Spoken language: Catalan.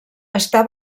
està